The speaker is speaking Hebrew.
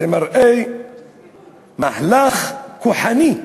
זה מראה מהלך כוחני.